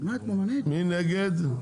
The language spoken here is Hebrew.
מי נגד?